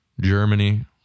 Germany